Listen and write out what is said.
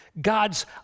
God's